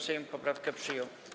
Sejm poprawkę przyjął.